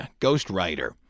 Ghostwriter